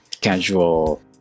casual